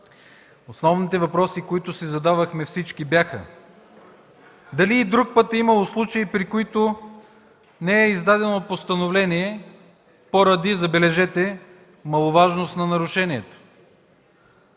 Основните въпроси, които си задавахме всички, бяха: дали и друг път е имало случаи, при които не е издадено постановление поради, забележете, маловажност на решението?